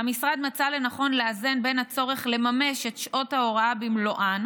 המשרד מצא לנכון לאזן בין הצורך לממש את שעות ההוראה במלואן